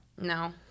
No